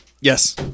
Yes